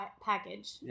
package